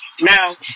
Now